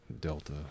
delta